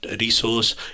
resource